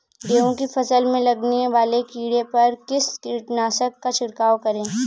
गेहूँ की फसल में लगने वाले कीड़े पर किस कीटनाशक का छिड़काव करें?